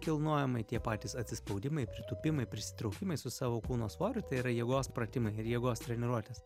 kilnojimai tie patys atsispaudimai pritūpimai prisitraukimai su savo kūno svoriu tai yra jėgos pratimai ir jėgos treniruotės